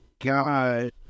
God